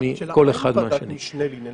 מכל אחד מהשני.